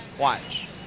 Watch